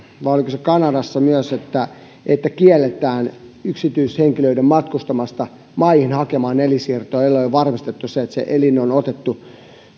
vai oliko se kanadassa että että kielletään yksityishenkilöitä matkustamasta maihin hakemaan elinsiirtoa ellei ole varmistettu sitä että se elin on otettu